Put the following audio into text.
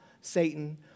Satan